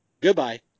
goodbye